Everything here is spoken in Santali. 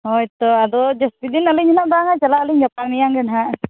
ᱦᱳᱭ ᱛᱚ ᱟᱫᱚ ᱡᱟᱹᱥᱛᱤᱫᱤᱱ ᱟᱹᱞᱤᱧ ᱩᱱᱟᱹᱜ ᱵᱟᱝᱟ ᱪᱟᱞᱟᱜᱼᱟᱞᱤᱧ ᱜᱟᱯᱟᱼᱢᱮᱭᱟᱝᱜᱮ ᱱᱟᱦᱟᱜ